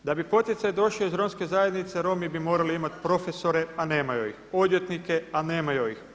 Da bi poticaj došao iz romske zajednice Romi bi morali imati profesore a nemaju ih, odvjetnike a nemaju ih.